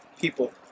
people